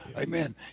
Amen